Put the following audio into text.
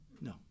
No